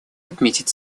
отметить